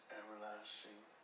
everlasting